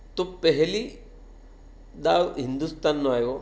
તો પહેલી દાવ હિન્દુસ્તાનનો આવ્યો